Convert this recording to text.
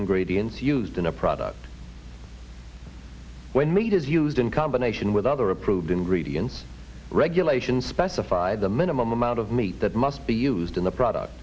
ingredients used in a product when meat is used in combination with other approved ingredients regulations specify the minimum amount of meat that must be used in the product